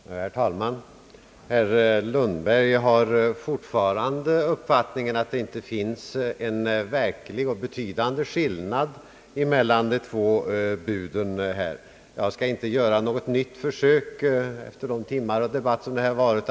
Herr talman! Herr Lundberg har fortfarande den uppfattningen att det inte finns en verklig och betydande skillnad mellan de två buden här. Jag skall inte göra något nytt försök att förklara det efter de timmar av debatt som varit.